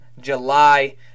July